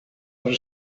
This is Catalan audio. per